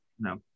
no